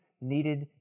needed